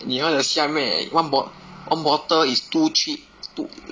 你 house 的下面 one bot~ one bottle is too cheap to